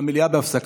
המליאה בהפסקה.